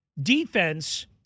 defense